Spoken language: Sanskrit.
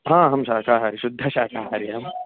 हा अहं शाकाहारी शुद्ध शाकाहारी अहं